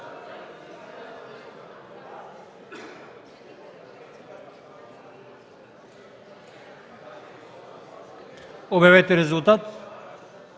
Обявете резултат.